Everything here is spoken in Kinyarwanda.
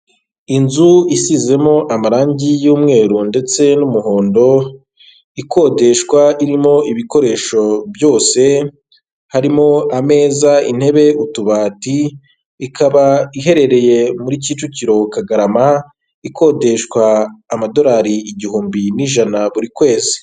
Inzu isizemo amarangi y'umweru ndetse n'umuhondo ikodeshwa irimo ibikoresho byose harimo ameza, intebe, utubati, ikaba iherereye muri Kicukiro Kagarama ikodeshwa amadorari igihumbi n'ijana buri kwezi.